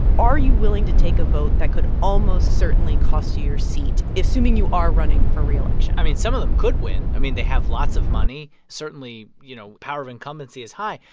are you willing to take a vote that could almost certainly cost you your seat, assuming you are running for reelection? i mean, some of them could win. i mean, they have lots of money. certainly, you know, the power of incumbency is high.